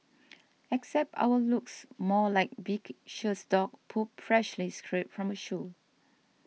except ours looks more like viscous dog poop freshly scraped from a shoe